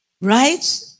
right